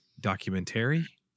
documentary